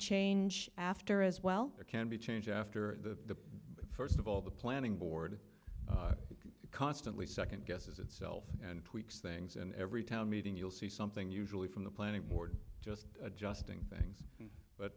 change after as well it can be changed after the first of all the planning board constantly second guesses itself and tweaks things and every town meeting you'll see something usually from the planning board just adjusting things but